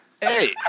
Hey